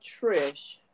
trish